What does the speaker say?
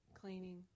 cleaning